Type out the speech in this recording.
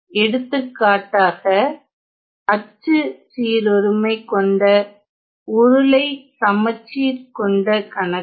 எடுத்துக்காட்டாக அச்சு சீரொருமை கொண்ட உருளைச்சமச்சீர் கொண்ட கணக்குகள்